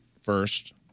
first